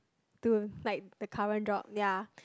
to like the current job ya